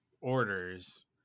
orders